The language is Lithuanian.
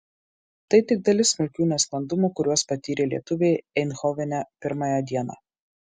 tai tik dalis smulkių nesklandumų kuriuos patyrė lietuviai eindhovene pirmąją dieną